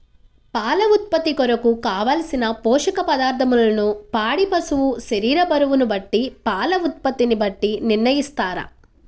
పాల ఉత్పత్తి కొరకు, కావలసిన పోషక పదార్ధములను పాడి పశువు శరీర బరువును బట్టి పాల ఉత్పత్తిని బట్టి నిర్ణయిస్తారా?